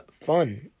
fun